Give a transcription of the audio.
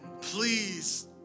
please